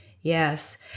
Yes